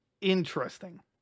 interesting